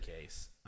case